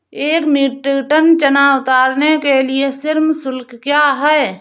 एक metric tonne चना उतारने के लिए श्रम शुल्क क्या है?